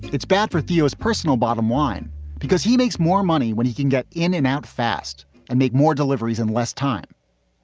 it's bad for theo's personal bottom line because he makes more money when he can get in and out fast and make more deliveries in less time.